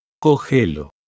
Cogelo